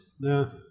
No